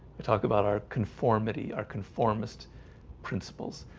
i talked about our conformity our conformist principles